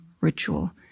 ritual